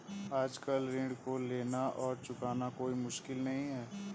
आजकल ऋण को लेना और चुकाना कोई मुश्किल नहीं है